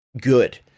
good